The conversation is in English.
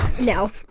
no